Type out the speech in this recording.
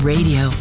Radio